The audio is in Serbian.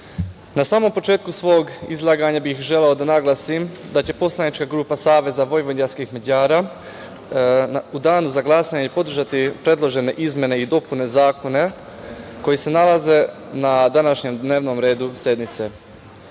na samom početku svog izlaganja bih želeo da naglasim da će poslanička grupa Saveza vojvođanskih Mađara u danu za glasanje podržati predložene izmene i dopune zakona koji se nalaze na današnjem dnevnom redu sednice. Tokom